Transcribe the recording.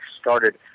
started